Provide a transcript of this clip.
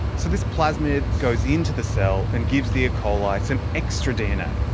so this plasmid goes into the cell and gives the e-coli some extra dna,